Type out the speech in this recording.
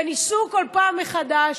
וניסו כל פעם מחדש,